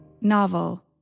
Novel